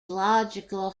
logical